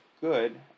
good